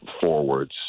forwards